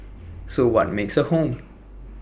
so what makes A home